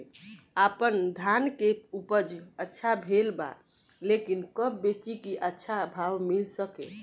आपनधान के उपज अच्छा भेल बा लेकिन कब बेची कि अच्छा भाव मिल सके?